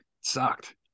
sucked